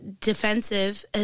defensive